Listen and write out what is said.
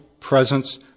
presence